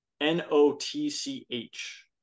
N-O-T-C-H